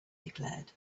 declared